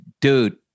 Dude